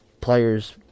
players